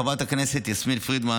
חברת הכנסת יסמין פרידמן,